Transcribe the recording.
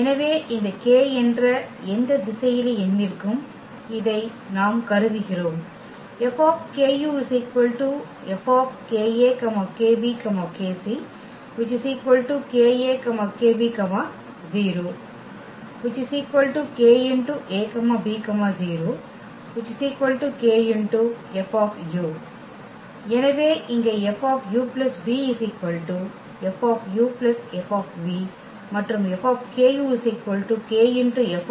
எனவே இந்த k என்ற எந்த திசையிலி எண்ணிற்கும் இதை நாம் கருதுகிறோம் எனவே இங்கே F u v F F மற்றும் F k F